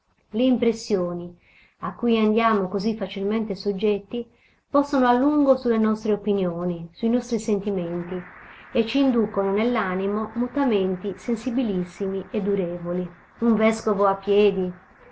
le impressioni a cui andiamo così facilmente soggetti possono a lungo su le nostre opinioni su i nostri sentimenti e c'inducono nell'animo mutamenti sensibilissimi e durevoli un vescovo a piedi